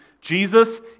Jesus